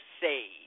say